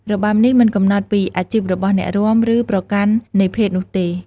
របាំនេះមិនកំណត់ពីអាជីពរបស់អ្នករាំ ឬប្រកាន់នៃភេទនោះទេ។